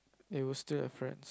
you will still have friends